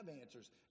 answers